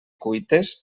cuites